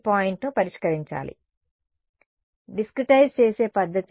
విద్యార్థి సర్ సరిహద్దును డిస్క్రెటైస్ చేసే పద్ధతి